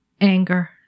anger